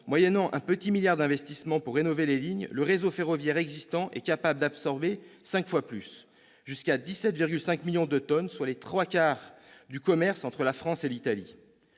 moyennant un petit milliard d'investissements pour rénover les lignes, le réseau ferroviaire existant est capable d'absorber 5 fois plus, jusqu'à 17,5 millions de tonnes, soit les trois quarts du commerce entre la France et l'Italie.